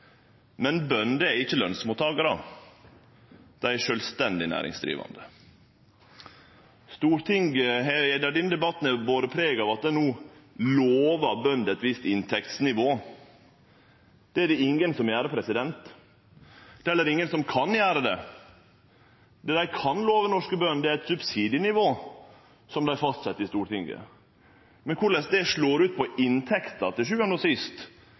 men bønder er ikkje lønsmottakarar. Dei er sjølvstendig næringsdrivande. Stortinget har gjennom denne debatten bore preg av at ein no lovar bøndene eit visst inntektsnivå. Det er det ingen som gjer. Det er heller ingen som kan gjere det. Det ein kan love norske bønder, er eit subsidienivå som er fastsett av Stortinget. Men korleis det slår ut på inntekta til sjuande og sist,